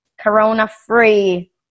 Corona-free